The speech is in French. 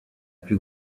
plus